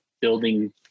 building